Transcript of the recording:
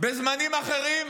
בזמנים אחרים,